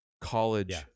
college